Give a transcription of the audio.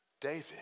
David